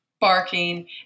barking